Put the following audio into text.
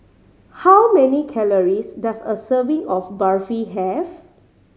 how many calories does a serving of Barfi have